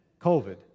COVID